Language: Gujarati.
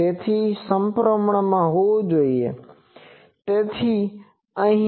તેથી આ સપ્રમાણ હોવું જોઈએ તેથી અહીં